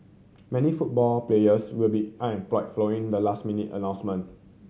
many football players will be unemployed following the last minute announcement